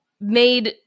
made